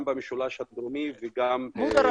גם במשולש הדרומי וגם בדרום -- מודר,